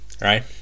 right